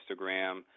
Instagram